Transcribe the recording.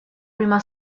prima